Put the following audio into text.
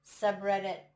subreddit